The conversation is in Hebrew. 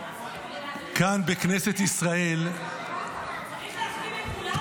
כאן בכנסת ישראל --- צריך להחתים את כולם